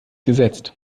gesetzt